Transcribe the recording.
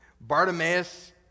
Bartimaeus